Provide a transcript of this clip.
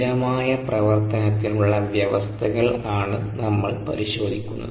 സ്ഥിരമായ പ്രവർത്തനത്തിനുള്ള വ്യവസ്ഥകൾ ആണ് നമ്മൾ പരിശോധിക്കുന്നത്